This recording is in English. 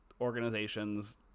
organizations